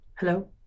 Hello